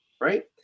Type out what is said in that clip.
Right